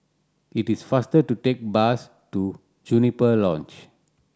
it is faster to take bus to Juniper Lodge